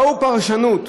באה פרשנות,